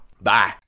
Bye